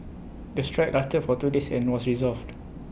the strike lasted for two days and was resolved